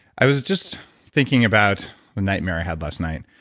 i was just thinking about the nightmare i had last night.